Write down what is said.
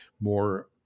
more